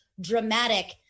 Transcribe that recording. dramatic